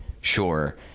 sure